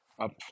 up